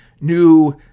new